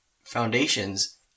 foundations